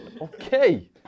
Okay